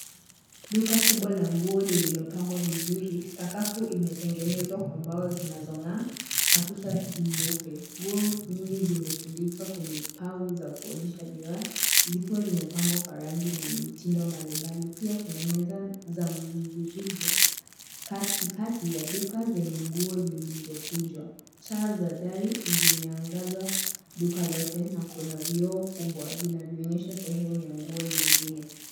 Duka kubwa la nguo lililopangwa vizuri. Sakafu imetengenezwa kwa mbao zinazong'aa na kuta ni nyeupe. Nguo nyingi zimetundikwa kwenye pau za kuonyesha bidhaa zikiwa zimepangwa kwa rangi na mitindo mbalimbali, pia kuna meza za miviringo katikati ya duka zenye nguo zilizokunjwa. Taa za dari zimeangazwa duka lote na kuna vioo kubwa vinavyoonyesha sehemu ya nguo nyingine.